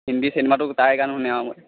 হিন্দী চিনেমাতো তাৰে গান শুনে আৰু